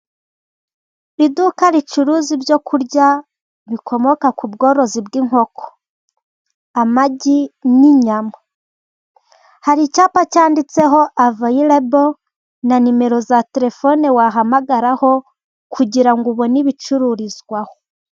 Iduka ricuruza ibyo kurya bikomoka ku bworozi bw'inkoko. Amagi n'inyama. Hari icyapa cyanditseho avayirabo, na nimero za terefone wahamagararaho, kugira ngo ubone ibicururizwaho.